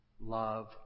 love